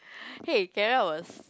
hey Kara was